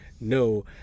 No